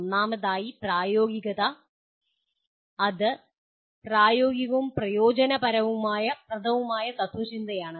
ഒന്നാമതായി പ്രായോഗികത ഇത് പ്രായോഗികവും പ്രയോജനപ്രദവുമായ തത്ത്വചിന്തയാണ്